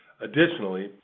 Additionally